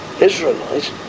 Israelite